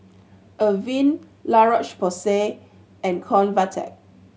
Avene La Roche Porsay and Convatec